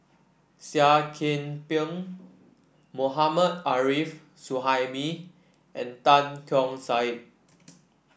Seah Kian Peng Mohammad Arif Suhaimi and Tan Keong Saik